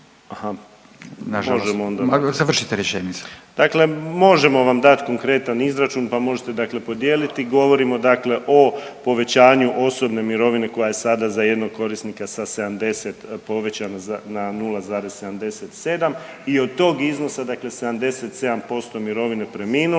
**Piletić, Marin (HDZ)** Dakle, možemo vam dati konkretan izračun, pa možete dakle podijeliti. Govorimo dakle o povećanju osobne mirovine koja je sada za jednog korisnika sa 70 povećana na 0,77 i od tog iznosa dakle 77% mirovine preminulog